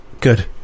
Good